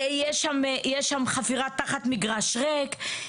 יש שם חפירה תחת מגרש ריק,